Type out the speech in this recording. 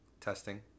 Testing